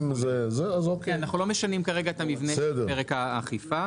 אנחנו לא משנים כרגע את המבנה של פרק האכיפה.